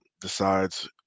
decides